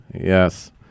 Yes